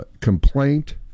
complaint